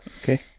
Okay